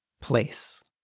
place